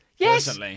Yes